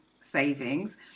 savings